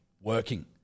working